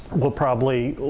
we'll probably